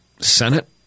Senate